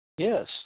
Yes